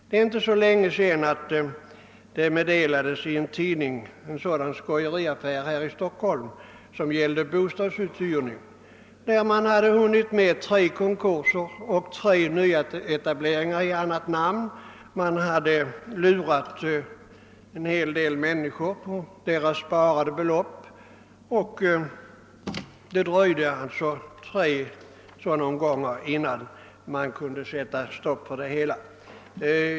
Det är inte länge sedan det i en tidning stod att läsa om en sådan skojeriaffär här i Stockholm som gällde bostadsuthyrning och där man hade hunnit med tre konkurser och tre nyetableringar. Man hade lurat en hel del människor på deras sparbelopp, och det gick tre omgångar innan det kunde sättas stopp för det hela. Herr talman!